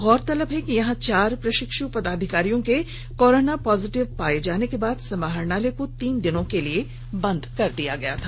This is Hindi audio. गौरतलब है कि यहां चार प्रशिक्ष् पदाधिकारियों के कोरोना पॉजिटिव पाये जाने के बाद समहारणालय को तीन दिनों के लिए बंद कर दिया गया था